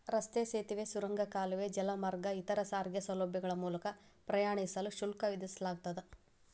ರಸ್ತೆ ಸೇತುವೆ ಸುರಂಗ ಕಾಲುವೆ ಜಲಮಾರ್ಗ ಇತರ ಸಾರಿಗೆ ಸೌಲಭ್ಯಗಳ ಮೂಲಕ ಪ್ರಯಾಣಿಸಲು ಶುಲ್ಕ ವಿಧಿಸಲಾಗ್ತದ